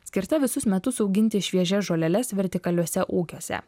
skirta visus metus auginti šviežias žoleles vertikaliuose ūkiuose